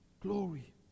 glory